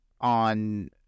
on